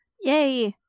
Yay